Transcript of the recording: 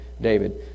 David